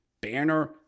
Banner